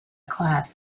class